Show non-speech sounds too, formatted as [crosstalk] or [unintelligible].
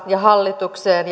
ja hallitukseen [unintelligible]